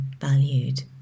valued